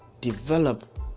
develop